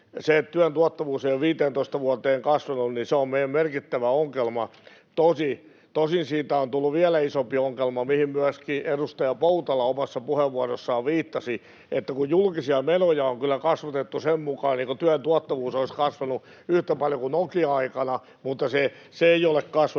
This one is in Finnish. Se työn tuottavuus ei ole 15 vuoteen kasvanut, ja se on merkittävä ongelma. Tosin vielä isompi ongelma on tullut siitä, mihin myöskin edustaja Poutala omassa puheenvuorossaan viittasi, että julkisia menoja on kyllä kasvatettu sen mukaan, niin kuin työn tuottavuus olisi kasvanut yhtä paljon kuin Nokia-aikana, mutta se ei ole kasvanut.